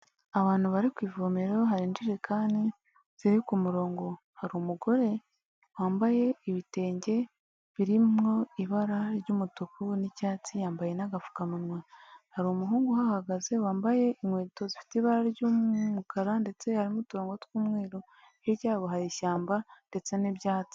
Abantu bari ku ivomero hari injirekani ziri ku murongo, hari umugore wambaye ibitenge birimwo ibara ry'umutuku n'icyatsi yambaye n'agapfukamunwa. Hari umuhungu uhahagaze wambaye inkweto zifite ibara ry'umukara ndetse harimo uturango tw'umweru, hirya ya bo hari ishyamba ndetse n'ibyatsi